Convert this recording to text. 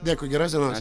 dėkui geros dienos